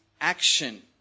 action